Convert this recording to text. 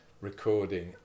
recording